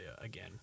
again